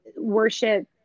worship